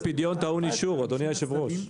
כל פדיון טעון אישור, אדוני היושב ראש.